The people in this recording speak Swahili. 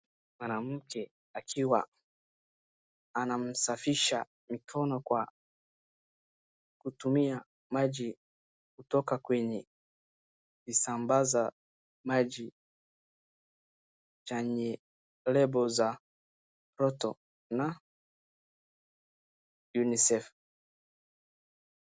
Mwanamke akiwa anasafisha mikono kwa kutumia maji kutoka kwenye visambaza maji chenye lebo za Roto na UNICEF.